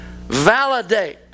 validate